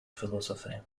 philosophy